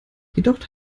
jedoch